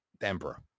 emperor